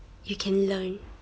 you can learn